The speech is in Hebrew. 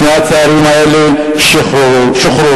שני הצעירים האלה שוחררו.